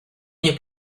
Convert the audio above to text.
nie